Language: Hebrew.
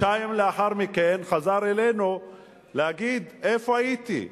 חודשיים לאחר מכן חזר אלינו להגיד: איפה הייתי?